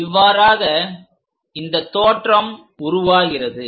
இவ்வாறாக இந்த தோற்றம் உருவாகிறது